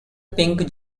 pink